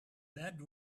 that